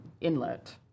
inlet